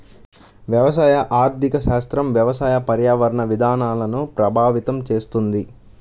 వ్యవసాయ ఆర్థిక శాస్త్రం వ్యవసాయ, పర్యావరణ విధానాలను ప్రభావితం చేస్తుంది